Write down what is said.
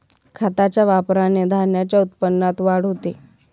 खताच्या वापराने धान्याच्या उत्पन्नात वाढ होते